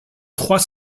trois